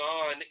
on